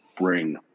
bring